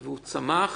הוא צמח